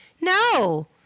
no